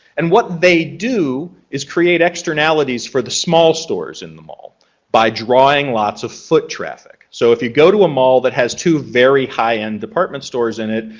and what they do is create externalities for the small stores in the mall by drawing lots of foot traffic. so if you go to a mall that has two very high-end department stores in it,